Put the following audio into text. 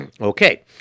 Okay